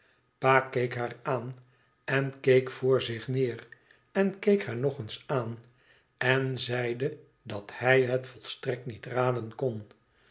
pa keek haar aan en keek voor zich neer en keek haar nog eens aan en zeide dat hij het volstrekt niet raden kon